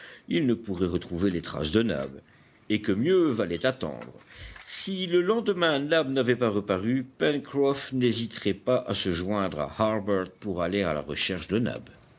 il ne pourrait retrouver les traces de nab et que mieux valait attendre si le lendemain nab n'avait pas reparu pencroff n'hésiterait pas à se joindre à harbert pour aller à la recherche de